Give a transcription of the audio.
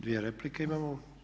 Dvije replike imamo.